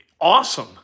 Awesome